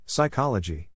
Psychology